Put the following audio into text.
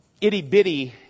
itty-bitty